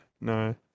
No